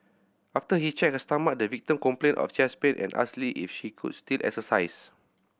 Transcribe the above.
after he checked her stomach the victim complained of chest pain and asked Lee if she could still exercise